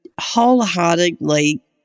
wholeheartedly